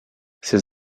ses